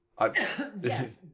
yes